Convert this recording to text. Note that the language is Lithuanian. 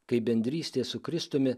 kai bendrystė su kristumi